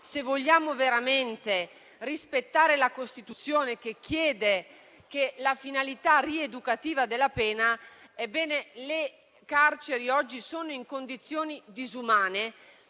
se vogliamo veramente rispettare la Costituzione, che richiede la finalità rieducativa della pena. Le carceri oggi sono in condizioni disumane.